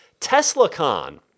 Teslacon